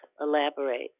elaborate